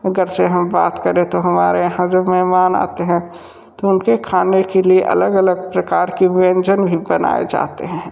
अगर से हम बात करें तो हमारे यहाँ जो मेहमान आते हैं तो उनके खाने के लिए अलग अलग प्रकार की व्यंजन भी बनाए जाते हैं